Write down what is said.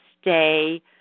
stay